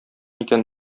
икән